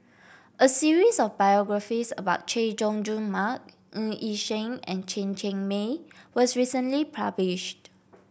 a series of biographies about Chay Jung Jun Mark Ng Yi Sheng and Chen Cheng Mei was recently published